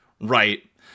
Right